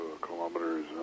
kilometers